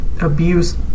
abuse